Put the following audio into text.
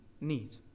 need